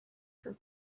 for